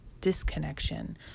disconnection